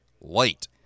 late